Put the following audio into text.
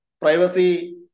privacy